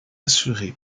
assurée